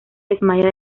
desmaya